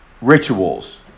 rituals